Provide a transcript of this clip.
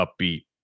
upbeat